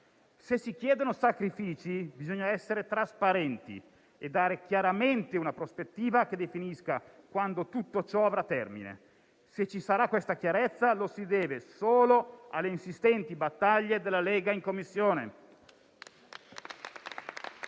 Se si chiedono sacrifici, bisogna essere trasparenti e dare una chiara prospettiva che definisca quando tutto ciò avrà termine. Se ci sarà questa chiarezza, lo si deve solo alle insistenti battaglie della Lega in Commissione.